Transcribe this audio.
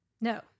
No